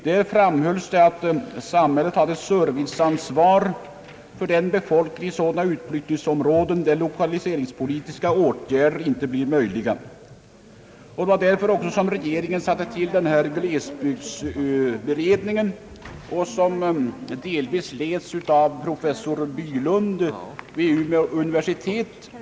Det framhölls då att samhället har serviceansvar för befolkningen i sådana utflyttningsområden, där lokaliseringspolitiska åtgärder inte blir möjliga. Det var också därför som regeringen tillsatte glesbygdsberedningen, som delvis leds av professor Bylund vid Umeå universitet.